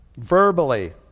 Verbally